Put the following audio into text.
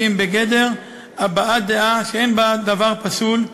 הם בגדר הבעת דעה שאין בה דבר פסול,